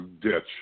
ditch